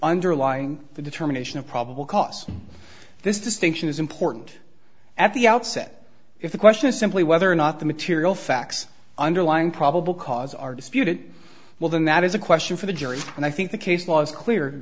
underlying the determination of probable cause this distinction is important at the outset if the question is simply whether or not the material facts underlying probable cause are disputed well then that is a question for the jury and i think the case law is clear